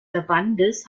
verbandes